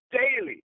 daily